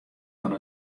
fan